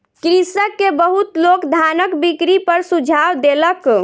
कृषक के बहुत लोक धानक बिक्री पर सुझाव देलक